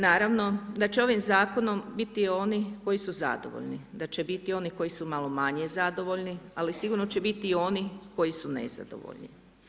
Naravno da će ovim zakonom biti oni koji su zadovoljni da će biti oni koji su malo manje zadovoljni, ali sigurno će biti i onih koji su nezadovoljni.